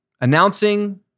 announcing